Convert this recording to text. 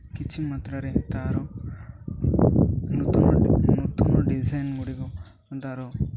କିଛିି ମାତ୍ରାରେ ତା'ର ନୂତନ ନୂତନ ଡିଜାଇନ୍ ଗୁଡ଼ିକ ତା'ର